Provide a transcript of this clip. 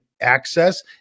access